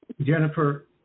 Jennifer